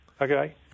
Okay